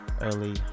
early